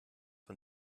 von